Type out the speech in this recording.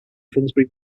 finsbury